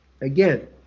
Again